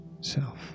self